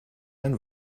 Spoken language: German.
ein